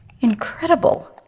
Incredible